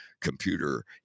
computer